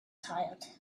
tired